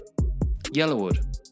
Yellowwood